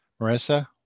Marissa